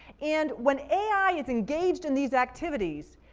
and when ai is engaged in these activities,